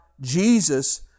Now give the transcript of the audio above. Jesus